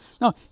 No